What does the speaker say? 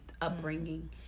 upbringing